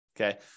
okay